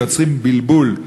יוצר בלבול,